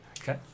Okay